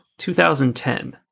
2010